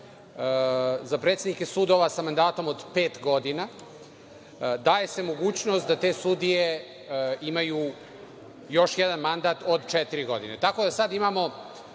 za predsednike sudova sa mandatom od pet godina daje se mogućnost da te sudije imaju još jedan mandat od četiri godine, tako da sada imamo